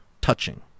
touching